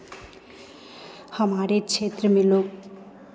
हमारे क्षेत्र में लोग